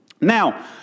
Now